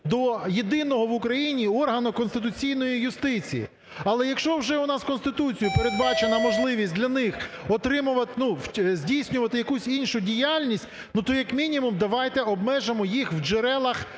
до єдиного в Україні органу конституційної юстиції. Але якщо вже в нас Конституцією передбачена можливість для них (отримувати) здійснювати якусь іншу діяльність, то як мінімум давайте обмежимо їх в джерелах